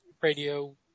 radio